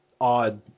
odd